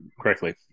correctly